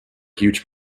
huge